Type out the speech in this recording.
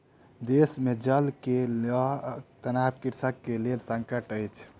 देश मे जल के लअ के तनाव कृषक के लेल संकट अछि